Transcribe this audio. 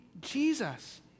Jesus